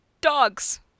dogs